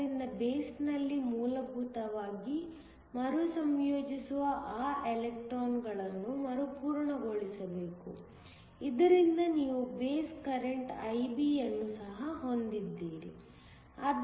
ಆದ್ದರಿಂದ ಬೇಸ್ನಲ್ಲಿ ಮೂಲಭೂತವಾಗಿ ಮರುಸಂಯೋಜಿಸುವ ಆ ಎಲೆಕ್ಟ್ರಾನ್ಗಳನ್ನು ಮರುಪೂರಣಗೊಳಿಸಬೇಕು ಇದರಿಂದ ನೀವು ಬೇಸ್ ಕರೆಂಟ್ IB ಅನ್ನು ಸಹ ಹೊಂದಿದ್ದೀರಿ